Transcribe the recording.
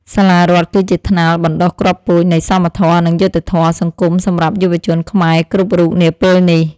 សាលារដ្ឋគឺជាថ្នាលបណ្តុះគ្រាប់ពូជនៃសមធម៌និងយុត្តិធម៌សង្គមសម្រាប់យុវជនខ្មែរគ្រប់រូបនាពេលនេះ។